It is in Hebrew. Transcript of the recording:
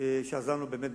שעזרנו באמת,